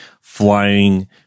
flying